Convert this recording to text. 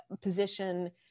position